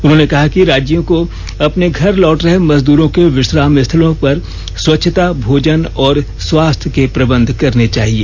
उन्होंने कहा कि राज्यों को अपने घर लौट रहे मजदूरों के विश्राम स्थलों पर स्वच्छता भोजन और स्वास्थ्य के प्रबंध करने चाहिए